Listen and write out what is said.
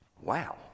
Wow